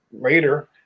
later